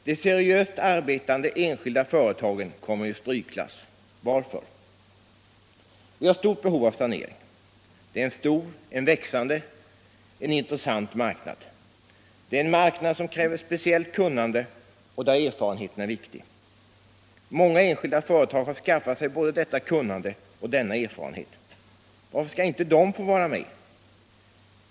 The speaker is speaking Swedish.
De seriöst arbetande enskilda företagen kommer i strykklass. Varför? Vi har ett stort behov av sanering. Det är en stor, en växande och en intressant marknad. Det är en marknad som kräver speciellt kunnande och där erfarenheten är viktig. Många enskilda företag har skaffat sig både detta kunnande och denna erfarenhet. Varför skall inte de få vara med?